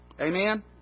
Amen